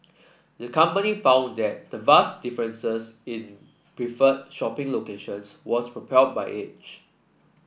the company found that the vast differences in preferred shopping locations was propelled by age